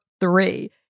three